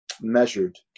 measured